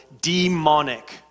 demonic